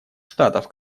штатов